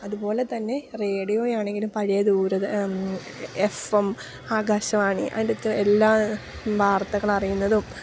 അതുപോലെ തന്നെ റേഡിയോയാണെങ്കിലും പഴയ എഫ് എം ആകാശവാണി അതിന്റകത്തെ എല്ലാ വാർത്തകളറിയുന്നതും